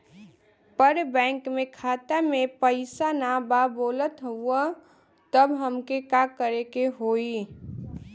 पर बैंक मे खाता मे पयीसा ना बा बोलत हउँव तब हमके का करे के होहीं?